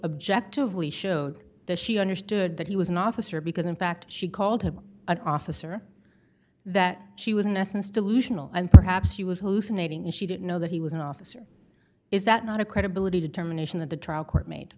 object of lee showed that she understood that he was an officer because in fact she called him an officer that she was in essence delusional and perhaps she was hallucinating and she didn't know that he was an officer is that not a credibility to determination that the trial court made